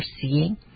seeing